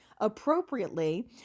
appropriately